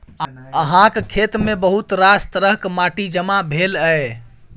अहाँक खेतमे बहुत रास तरहक माटि जमा भेल यै